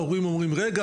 ההורים אומרים "רגע,